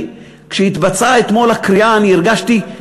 כשהתבצעה אתמול הקריעה אני הרגשתי,